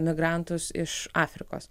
migrantus iš afrikos